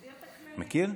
מכיר?